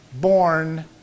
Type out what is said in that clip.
born